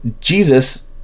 Jesus